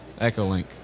EchoLink